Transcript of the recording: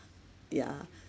yeah